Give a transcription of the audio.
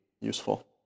useful